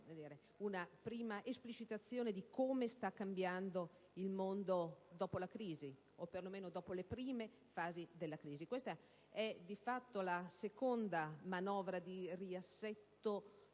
una prima esplicitazione di come sta cambiando il mondo dopo la crisi o, per lo meno, dopo le prime fasi della crisi. Questa, di fatto, è la seconda manovra di profondo